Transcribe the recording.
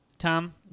Tom